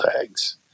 tags